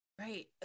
Right